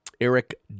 Eric